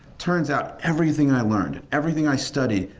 turns out everything i learned, everything i studied,